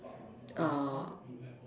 err